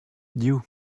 div